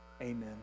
Amen